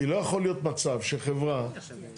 כי לא יכול להיות מצב שחברה גדולה,